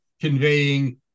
conveying